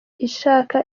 ishaka